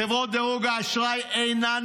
חברות דירוג האשראי אינן